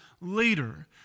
later